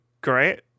great